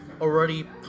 already